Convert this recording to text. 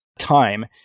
time